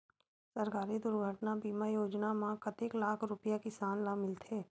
सहकारी दुर्घटना बीमा योजना म कतेक लाख रुपिया किसान ल मिलथे?